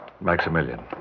Maximilian